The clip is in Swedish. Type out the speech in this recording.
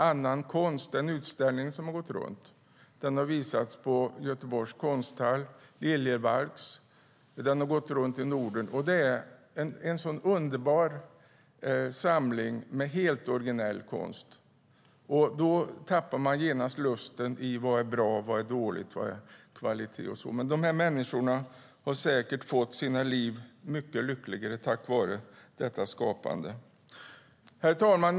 Annan Konst är en utställning som har visats på Göteborgs Konsthall, Liljevalchs och på andra ställen i Norden. Det är en underbar samling av helt originell konst. Då tappar man genast lusten att dela upp i bra och dåligt, kvalitet och så vidare. Dessa människors liv har säkert blivit mycket lyckligare tack vare detta skapande. Herr talman!